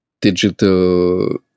digital